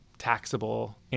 taxable